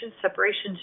separations